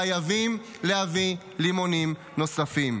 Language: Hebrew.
חייבים להביא לימונים נוספים.